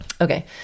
Okay